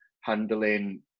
handling